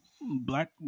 Black